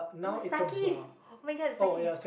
no Suckies oh-my-god it's Suckies